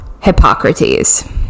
Hippocrates